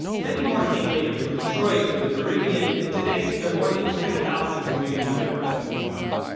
many more came later, from detroit, from the caribbean, and today, there are more than three thousand community members in dimona.